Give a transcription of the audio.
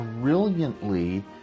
brilliantly